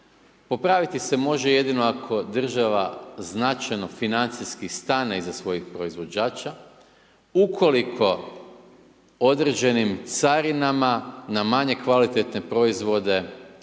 Popraviti se može jedino ako država značajno financijski stane iza svojih proizvođača, ukoliko određenim carinama na manje kvalitetne proizvode